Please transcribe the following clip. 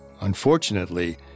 Unfortunately